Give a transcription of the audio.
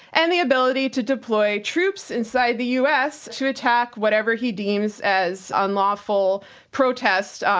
and the ability to deploy troops inside the us to attack whatever he deems as unlawful protest,